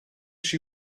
she